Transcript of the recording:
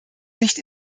nicht